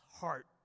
heart